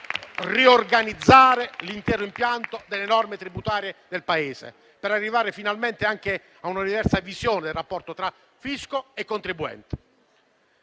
riorganizzare l'intero impianto delle norme tributarie del Paese, per arrivare finalmente anche a una diversa visione del rapporto tra fisco e contribuente.